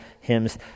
hymns